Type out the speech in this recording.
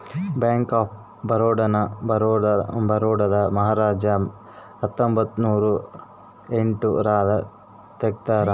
bank of Baroda ನ ಬರೋಡಾದ ಮಹಾರಾಜ ಹತ್ತೊಂಬತ್ತ ನೂರ ಎಂಟ್ ರಾಗ ತೆಗ್ದಾರ